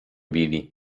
billy